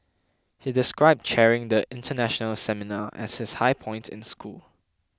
he described chairing the international seminar as his high point in school